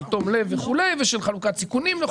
של תום לב וכו' ושל חלוקת סיכונים נכונה.